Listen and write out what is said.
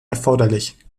erforderlich